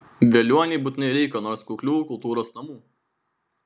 veliuonai būtinai reikia nors kuklių kultūros namų